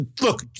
look